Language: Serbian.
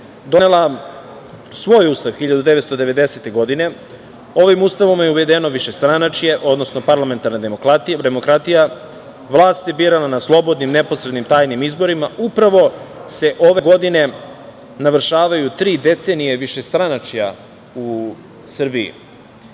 donela svoj Ustav 1990. godine. Ovim ustavom je uvedeno višestranačje, odnosno parlamentarna demokratija. Vlast se birala na slobodnim, neposrednim, tajnim izborima. Upravo se ove godine navršavaju tri decenije višestranačja u Srbiji,